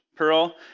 pearl